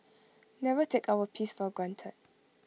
never take our peace for granted